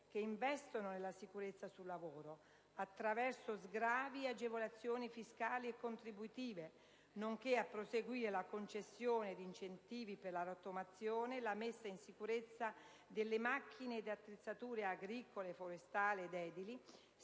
che investono nella sicurezza sul lavoro attraverso sgravi e agevolazioni fiscali e contributive, nonché a proseguire la concessione di incentivi per la rottamazione e la messa in sicurezza delle macchine e attrezzature agricole, forestali ed edili,